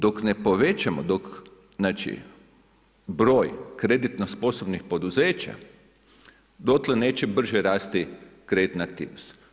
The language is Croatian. Dok ne povećamo, znači, broj kreditno sposobnih poduzeća, dotle neće brže rasti kreditna aktivnost.